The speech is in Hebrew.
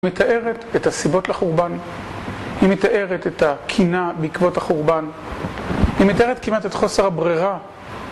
היא מתארת את הסיבות לחורבן, היא מתארת את הקינה בעקבות החורבן, היא מתארת כמעט את חוסר הברירה